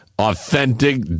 authentic